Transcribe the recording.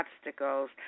obstacles